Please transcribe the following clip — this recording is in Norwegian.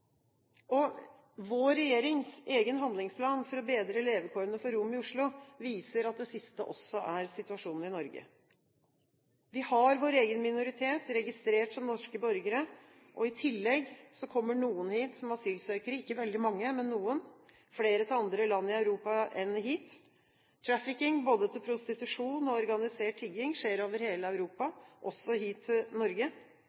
Vår regjerings egen handlingsplan for å bedre levekårene for romene i Oslo viser at det siste også er situasjonen i Norge. Vi har vår egen minoritet, registrert som norske borgere. I tillegg kommer noen hit som asylsøkere – ikke veldig mange, men noen – flere til andre land i Europa enn hit. Trafficking både til prostitusjon og organisert tigging skjer over hele